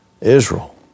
Israel